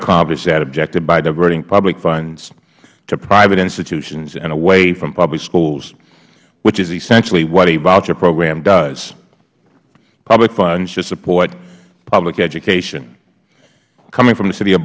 accomplish that objective by diverting public funds to private institutions and away from public schools which is essentially what a voucher program does public funds should support public education coming from the city of